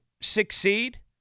succeed